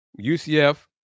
UCF